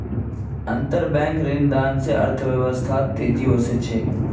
अंतरबैंक ऋणदान स अर्थव्यवस्थात तेजी ओसे छेक